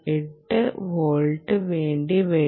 8 volt വേണ്ടി വരും